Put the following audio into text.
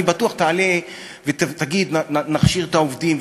אני בטוח שתעלה ותגיד: נכשיר את העובדים,